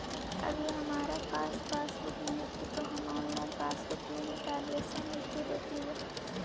अभी हमारा पास पासबुक नहीं थी तो हम ऑनलाइन पासबुक में ही ट्रांजेक्शन हिस्ट्री देखलेलिये